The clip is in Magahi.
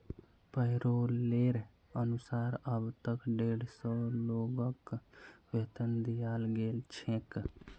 पैरोलेर अनुसार अब तक डेढ़ सौ लोगक वेतन दियाल गेल छेक